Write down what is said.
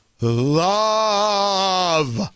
love